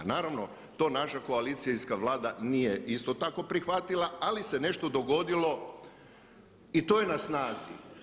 Naravno to naša koalicijska Vlada nije isto tako prihvatila ali se nešto dogodilo i to je na snazi.